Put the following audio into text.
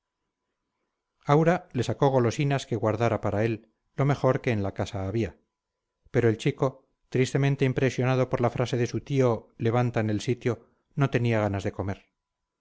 aura le sacó golosinas que guardara para él lo mejor que en la casa había pero el chico tristemente impresionado por la frase de su tío levantan el sitio no tenía ganas de comer